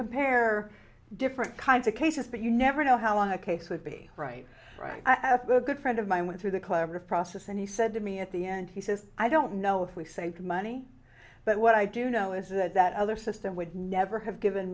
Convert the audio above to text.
compare different kinds of cases but you never know how on a case would be right right i have a good friend of mine went through the process and he said to me at the end he says i don't know if we saved money but what i do know is that that other system would never have given